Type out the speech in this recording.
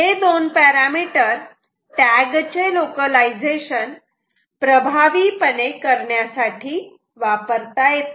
हे दोन parameter tag चे लोकलायझेशन प्रभावीपणे करण्यासाठी वापरता येतात